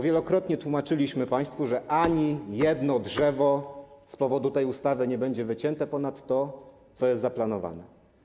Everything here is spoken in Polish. Wielokrotnie tłumaczyliśmy państwu, że ani jedno drzewo z powodu tej ustawy nie będzie wycięte ponad to, co jest zaplanowane.